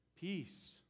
peace